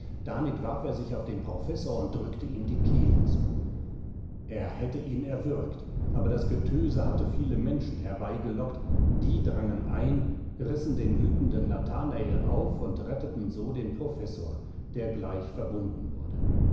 damit warf er sich auf den professor und drückte ihm die kehle zu er hätte ihn erwürgt aber das getöse hatte viele menschen herbeigelockt die drangen ein rissen den wütenden nathanael auf und retteten so den professor der gleich verbunden wurde